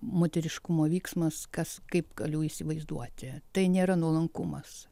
moteriškumo vyksmas kas kaip galiu įsivaizduoti tai nėra nuolankumas